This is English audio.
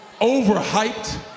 overhyped